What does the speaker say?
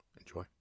Enjoy